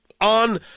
on